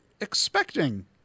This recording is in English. expecting